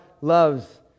loves